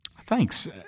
Thanks